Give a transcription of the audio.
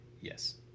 Yes